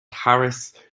harris